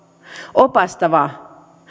opastava